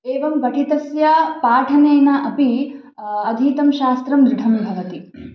एवं पठितस्य पाठनेन अपि अधीतं शास्त्रं दृढं भवति